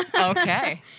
Okay